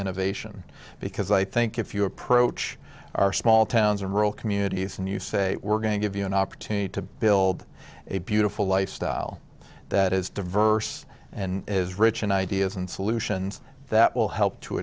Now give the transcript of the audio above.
innovation because i think if you approach our small towns and rural communities and you say we're going to give you an opportunity to build a beautiful lifestyle that is diverse and is rich in ideas and solutions that will help to